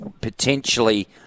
Potentially